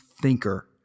thinker